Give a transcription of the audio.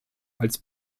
als